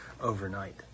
overnight